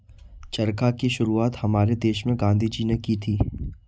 चरखा की शुरुआत हमारे देश में गांधी जी ने की थी